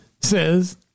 says